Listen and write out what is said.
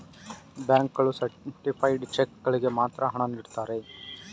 bank ಗಳು certified cheque ಗಳಿಗೆ ಮಾತ್ರ ಹಣ ನೀಡುತ್ತಾರೆ